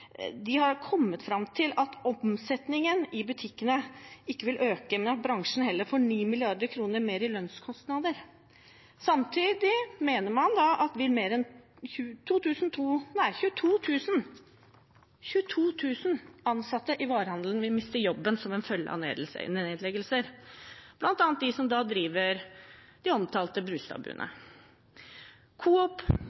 De har kommet fram til at omsetningen i butikkene ikke vil øke, men at bransjen heller får 9 mrd. kr mer i lønnskostnader. Samtidig mener man at mer enn 22 000 ansatte i varehandelen vil miste jobben som en følge av nedleggelser, bl.a. de som driver de omtalte